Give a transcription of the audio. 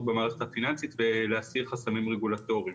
במערכת הפיננסית ולהסיר חסמים רגולטוריים